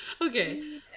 okay